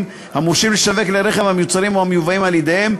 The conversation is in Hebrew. המורשים לשווק כלי רכב המיוצרים או המיובאים על-ידיהם,